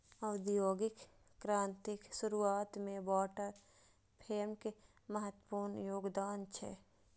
औद्योगिक क्रांतिक शुरुआत मे वाटर फ्रेमक महत्वपूर्ण योगदान छै